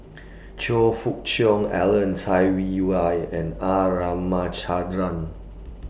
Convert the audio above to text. Choe Fook Cheong Alan Cai Wei Why and R Ramachandran